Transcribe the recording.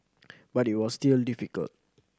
but it was still difficult